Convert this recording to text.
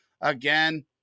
again